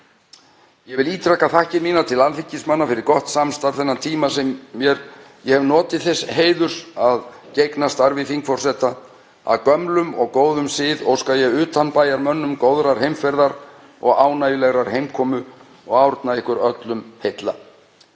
Ég vil ítreka þakkir mínar til alþingismanna fyrir gott samstarf þann tíma sem ég hef notið þess heiðurs að gegna starfi þingforseta. Að gömlum og góðum sið óska ég utanbæjarmönnum góðrar heimferðar og ánægjulegrar heimkomu og árna ykkur öllum heilla.